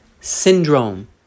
syndrome